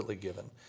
given